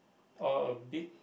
or a big